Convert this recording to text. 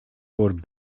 voor